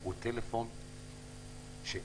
הוא טלפון חסום,